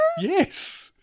Yes